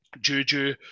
Juju